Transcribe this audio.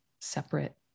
separate